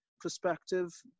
perspective